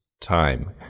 time